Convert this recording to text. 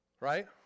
right